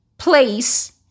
Place